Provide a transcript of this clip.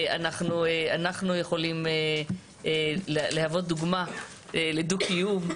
אנחנו יכולים להוות דוגמה לדו-קיום,